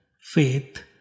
faith